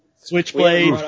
switchblade